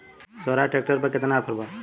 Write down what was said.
Swaraj tractor पर केतना offer बा?